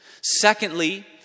Secondly